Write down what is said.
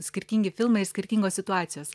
skirtingi filmai ir skirtingos situacijos